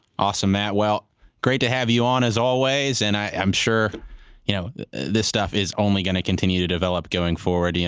awesome. matt, great to have you on as always. and i'm sure you know this stuff is only going to continue to develop going forward. yeah